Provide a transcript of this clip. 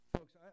Folks